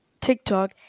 tiktok